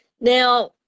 Now